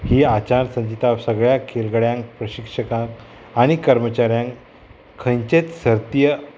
ही आचार संचीता सगळ्या खेळगड्यांक प्रशिक्षकांक आनी कर्मचाऱ्यांक खंयचेत सर्तीय